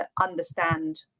understand